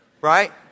right